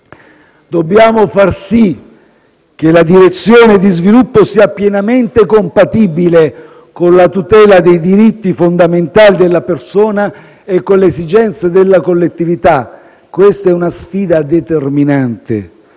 Dobbiamo far sì che la direzione di sviluppo sia pienamente compatibile con la tutela dei diritti fondamentali della persona e con le esigenze della collettività. Questa è una sfida determinante.